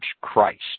Christ